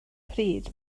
pryd